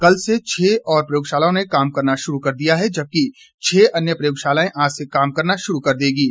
कल से छह और प्रयोगशालाओं ने काम करना शुरू कर दिया है जबकि छह अन्य प्रयोगशालाएं आज से काम करना शुरू कर देंगीं